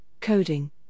coding